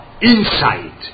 inside